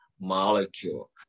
molecule